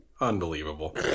Unbelievable